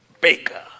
baker